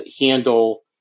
handle